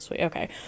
Okay